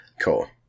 Cool